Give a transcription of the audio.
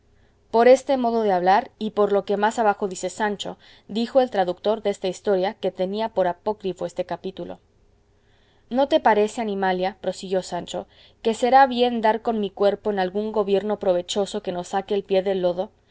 por este modo de hablar y por lo que más abajo dice sancho dijo el tradutor desta historia que tenía por apócrifo este capítulo no te parece animalia prosiguió sancho que será bien dar con mi cuerpo en algún gobierno provechoso que nos saque el pie del lodo